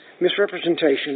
misrepresentation